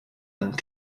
and